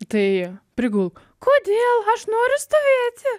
tai prigulk kodėl aš noriu stovėti